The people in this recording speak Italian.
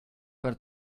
per